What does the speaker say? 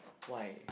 why